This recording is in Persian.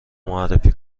معرفی